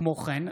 כמו כן,